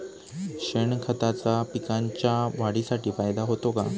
शेणखताचा पिकांच्या वाढीसाठी फायदा होतो का?